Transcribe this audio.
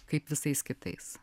kaip visais kitais